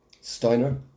Steiner